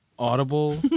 audible